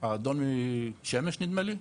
שהאדון שמש נדמה לי,